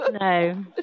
No